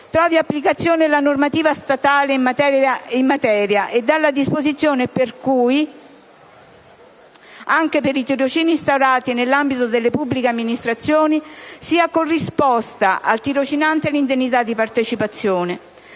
trova applicazione la normativa statale in materia e della disposizione per cui, anche per i tirocini instaurati nell'ambito delle pubbliche amministrazioni, sia corrisposta al tirocinante l'indennità di partecipazione.